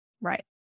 Right